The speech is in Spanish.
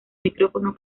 micrófono